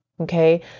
Okay